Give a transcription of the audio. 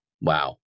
Wow